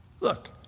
Look